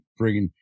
friggin